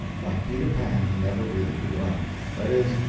like peter pan, he never really grew up that is,